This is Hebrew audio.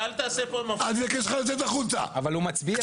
ואל תעשה פה --- אני מבקש ממך לצאת החוצה.